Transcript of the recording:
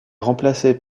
remplacé